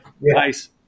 nice